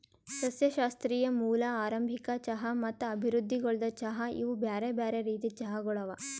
ಸಸ್ಯಶಾಸ್ತ್ರೀಯ ಮೂಲ, ಆರಂಭಿಕ ಚಹಾ ಮತ್ತ ಅಭಿವೃದ್ಧಿಗೊಳ್ದ ಚಹಾ ಇವು ಬ್ಯಾರೆ ಬ್ಯಾರೆ ರೀತಿದ್ ಚಹಾಗೊಳ್ ಅವಾ